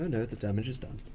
no no, the damage is done.